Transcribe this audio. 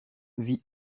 vit